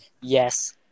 Yes